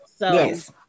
Yes